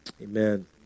amen